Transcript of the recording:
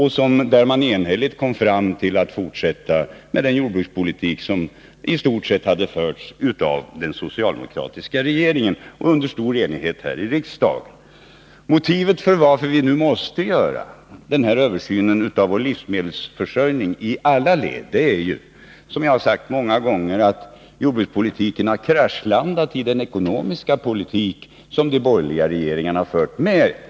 Man kom enhälligt fram till att vi skulle fortsätta med den jordbrukspolitik som i stort sett hade förts av den socialdemokratiska regeringen och under stor enighet här i riksdagen. Motivet till att vi nu vill göra den aktuella översynen beträffande livsmedelsförsörjningen i alla led är ju, som jag sagt många gånger, att jordbrukspolitiken har kraschlandat i den ekonomiska politik som de borgerliga regeringarna fört.